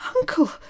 Uncle